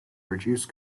reduce